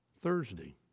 Thursday